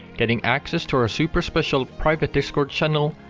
getting access to our super special private discord channel,